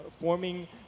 forming